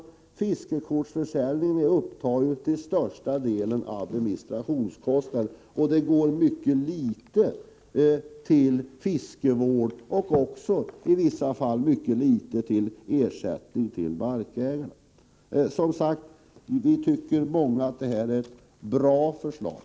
Inkomsterna för fiskekortsförsäljningen går alltså till största delen till administrationskostnaderna. Mycket litet av inkomsterna går till fiskevård, och i vissa fall är det också mycket litet som utbetalas som ersättning till markägarna. Som sagt, vi är många som tycker att det här är ett bra förslag.